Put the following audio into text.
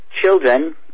children